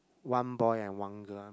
one boy and one girl